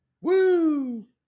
woo